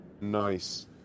Nice